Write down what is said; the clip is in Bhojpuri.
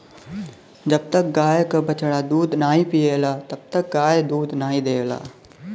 जब तक गाय क बछड़ा दूध नाहीं पियला तब तक गाय दूध नाहीं देवला